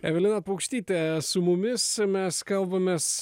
evelina paukštytė su mumis mes kalbamės